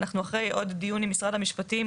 אנחנו אחרי עוד דיון עם משרד המשפטים,